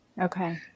Okay